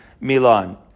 Milan